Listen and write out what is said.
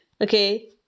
Okay